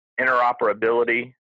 interoperability